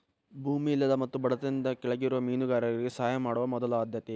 ಭೂಮಿ ಇಲ್ಲದ ಮತ್ತು ಬಡತನದಿಂದ ಕೆಳಗಿರುವ ಮೇನುಗಾರರಿಗೆ ಸಹಾಯ ಮಾಡುದ ಮೊದಲ ಆದ್ಯತೆ